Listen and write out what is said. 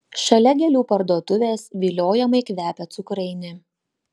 šalia gėlių parduotuvės viliojamai kvepia cukrainė